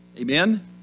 amen